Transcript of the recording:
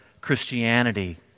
Christianity